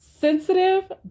sensitive